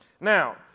Now